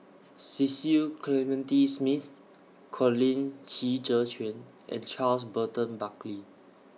Cecil Clementi Smith Colin Qi Zhe Quan and Charles Burton Buckley